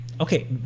okay